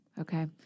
Okay